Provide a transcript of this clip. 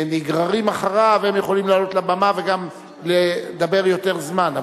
שהנגררים אחריו יכולים לעלות לבמה וגם לדבר יותר זמן.